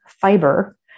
fiber